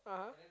(uh huh)